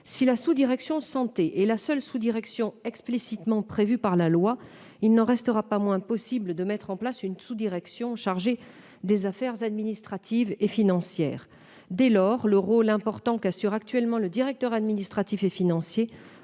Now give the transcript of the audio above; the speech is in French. Si la sous-direction Santé est la seule sous-direction explicitement prévue par la loi, il n'en restera pas moins possible de mettre en place une sous-direction chargée des affaires administratives et financières. Dès lors, le rôle important qu'assure actuellement le directeur administratif et financier